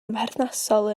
amherthnasol